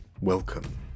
Welcome